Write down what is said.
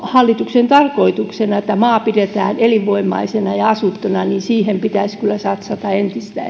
hallituksen tarkoituksena että maa pidetään elinvoimaisena ja asuttuna haluan myös painottaa että siihen pitäisi kyllä satsata entistä